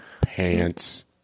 Pants